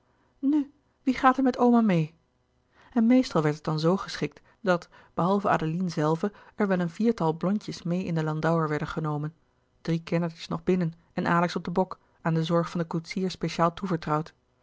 nu wie gaat er met oma meê louis couperus de boeken der kleine zielen en meestal werd het dan zoo geschikt dat behalve adeline zelve er wel een viertal blondjes meê in den landauer werden genomen drie kindertjes nog binnen en alex op den bok aan de zorg van den koetsier speciaal toevertrouwd